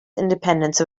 independence